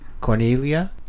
Cornelia